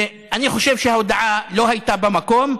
ואני חושב שההודעה לא הייתה במקום.